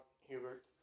Hubert